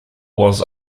was